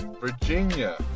Virginia